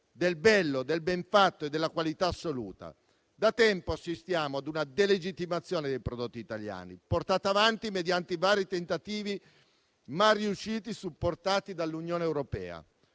del bello, del benfatto e della qualità assoluta. Da tempo assistiamo ad una delegittimazione dei prodotti italiani portata avanti mediante vari tentativi mal riusciti supportati dall'Unione europea.